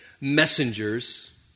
messengers